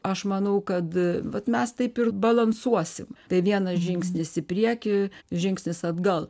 aš manau kad vat mes taip ir balansuosim tai vienas žingsnis į priekį žingsnis atgal